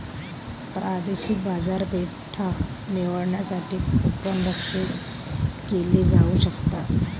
प्रादेशिक बाजारपेठा निवडण्यासाठी कूपन लक्ष्यित केले जाऊ शकतात